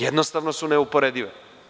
Jednostavno su neuporedive.